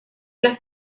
las